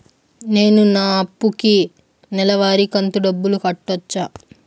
నేను నా అప్పుకి నెలవారి కంతు డబ్బులు కట్టొచ్చా?